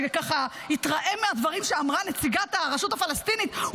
שככה התרעם מהדברים שאמרה נציגת הרשות הפלסטינית: